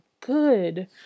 good